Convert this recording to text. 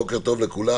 בוקר טוב לכולם,